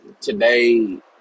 today